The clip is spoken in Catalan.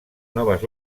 noves